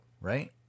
right